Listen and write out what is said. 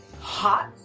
hot